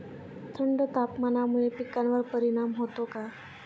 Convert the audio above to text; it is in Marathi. थंड तापमानामुळे पिकांवर परिणाम होतो का?